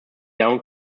down